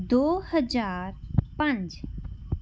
ਦੋ ਹਜ਼ਾਰ ਪੰਜ